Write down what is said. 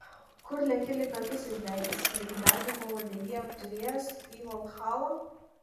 kur leki lyg akis išdegęs lyg dagį pauodegy apturėjęs į valhalą